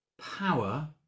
power